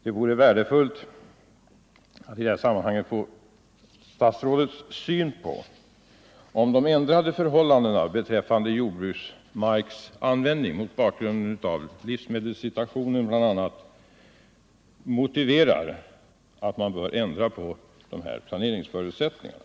Det vore värdefullt att få statsrådets syn på om de ändrade förhållandena beträffande jordbruksmarks användning mot bakgrunden av bl.a. livsmedelssituationen motiverar att man ändrar på planeringsförutsättningarna.